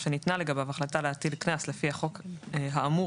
או שניתנה לגביו החלטה להטיל קנס לפי החוק האמור